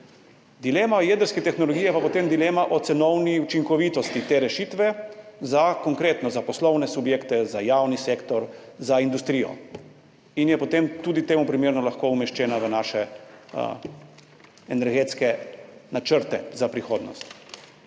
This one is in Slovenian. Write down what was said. Dilema o jedrski tehnologiji je pa potem dilema o cenovni učinkovitosti te rešitve, konkretno za poslovne subjekte, za javni sektor, za industrijo, in je potem tudi temu primerno lahko umeščena v naše energetske načrte za prihodnost.